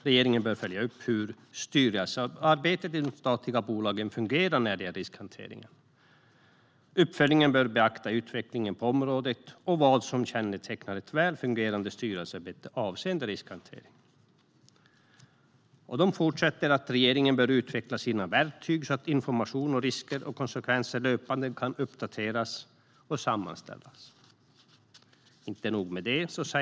Regeringen bör följa upp hur styrelsearbetet i de statliga bolagen fungerar när det gäller riskhantering. Uppföljningen bör beakta utvecklingen på området och vad som kännetecknar ett väl fungerande styrelsearbete avseende riskhantering. Regeringen bör utveckla sina verktyg så att information om risker och konsekvenser löpande kan uppdateras och sammanställas.